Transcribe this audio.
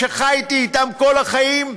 שחייתי אתם כל החיים,